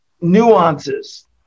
nuances